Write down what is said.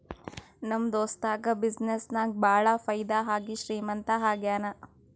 ನಮ್ ದೋಸ್ತುಗ ಬಿಸಿನ್ನೆಸ್ ನಾಗ್ ಭಾಳ ಫೈದಾ ಆಗಿ ಶ್ರೀಮಂತ ಆಗ್ಯಾನ